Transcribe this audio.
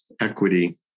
equity